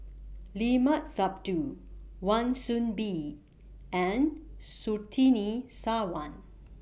Limat Sabtu Wan Soon Bee and Surtini Sarwan